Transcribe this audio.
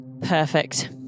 Perfect